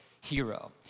hero